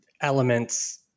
elements